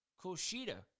Kushida